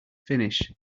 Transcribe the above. finish